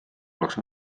oleks